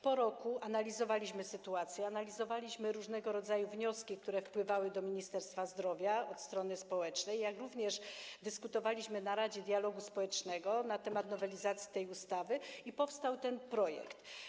Po roku analizowaliśmy sytuację, analizowaliśmy różnego rodzaju wnioski, które wpływały do Ministerstwa Zdrowia od strony społecznej, jak również na posiedzeniu Rady Dialogu Społecznego dyskutowaliśmy na temat nowelizacji tej ustawy i powstał ten projekt.